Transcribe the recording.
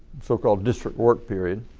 so called district work period